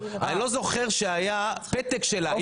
אני לא זוכר שהיה פתק שלה,